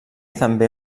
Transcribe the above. també